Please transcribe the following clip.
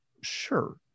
Sure